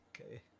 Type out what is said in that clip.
okay